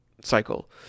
cycle